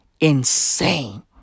insane